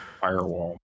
firewall